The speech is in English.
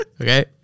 okay